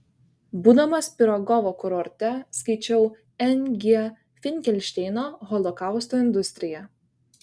būdamas pirogovo kurorte skaičiau n g finkelšteino holokausto industriją